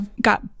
got